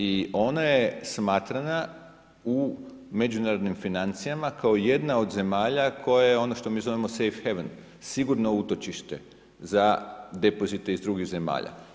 I ona je smatrana u međunarodnim financijama kao jedna od zemalja koje je ono što mi zovemo safe haven, sigurno utočiše za depozite iz drugih zemalja.